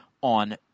on